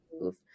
move